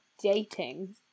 dating